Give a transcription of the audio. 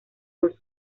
dos